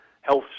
health